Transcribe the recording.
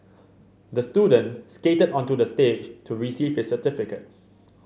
the student skated onto the stage to receive his certificate